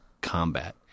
combat